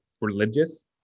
religious